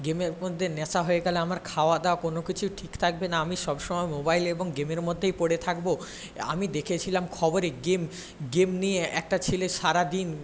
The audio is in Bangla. গেমের মধ্যে নেশা হয়ে গেলে আমার খাওয়া দাওয়া কোনো কিছু ঠিক থাকবে না আমি সব সময় মোবাইল এবং গেমের মধ্যেই পড়ে থাকব আমি দেখেছিলাম খবরে গেম গেম নিয়ে একটা ছেলে সারা দিন